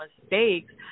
mistakes